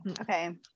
Okay